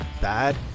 bad